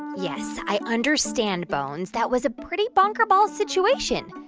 yes, i understand, bones. that was a pretty bonker-balls situation.